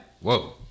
Whoa